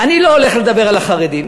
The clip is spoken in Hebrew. אני לא הולך לדבר על החרדים.